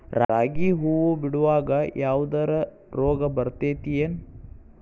ರಾಗಿ ಹೂವು ಬಿಡುವಾಗ ಯಾವದರ ರೋಗ ಬರತೇತಿ ಏನ್?